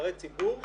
נבחרי ציבור,